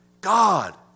God